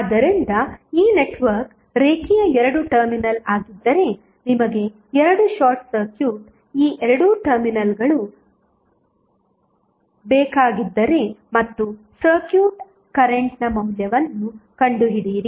ಆದ್ದರಿಂದ ಈ ನೆಟ್ವರ್ಕ್ ರೇಖೀಯ 2 ಟರ್ಮಿನಲ್ ಆಗಿದ್ದರೆ ನಿಮಗೆ 2 ಶಾರ್ಟ್ ಸರ್ಕ್ಯೂಟ್ ಈ 2 ಟರ್ಮಿನಲ್ಗಳು ಬೇಕಾಗಿದ್ದರೆ ಮತ್ತು ಸರ್ಕ್ಯೂಟ್ ಕರೆಂಟ್ನ ಮೌಲ್ಯವನ್ನು ಕಂಡುಹಿಡಿಯಿರಿ